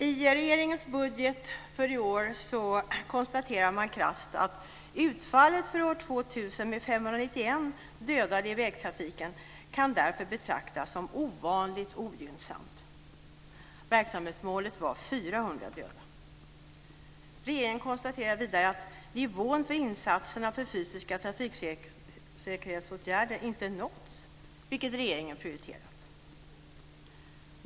I regeringens budget för i år konstaterar man krasst att utfallet för år 2000 med 591 dödade i vägtrafiken kan därför betraktas som ovanligt ogynnsamt. Verksamhetsmålet var 400 döda. Regeringen konstaterar vidare att nivån för insatserna för fysiska trafiksäkerhetsåtgärder inte har nåtts, vilket regeringen har prioriterat.